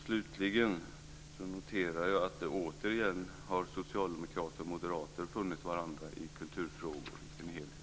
Slutligen noterar jag att socialdemokrater och moderater återigen har funnit varandra i kulturfrågor i dess helhet.